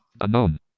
unknown